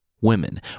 women